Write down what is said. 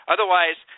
Otherwise